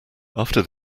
after